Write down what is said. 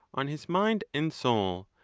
on his mind and soul,